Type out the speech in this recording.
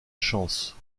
chance